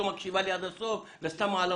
את לא מקשיבה לי עד הסוף וסתם מעלה